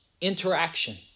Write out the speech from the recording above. interaction